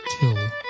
Till